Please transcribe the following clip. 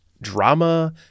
drama